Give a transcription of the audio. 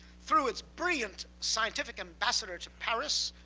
through its brilliant scientific ambassador to paris,